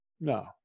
No